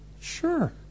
sure